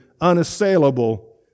unassailable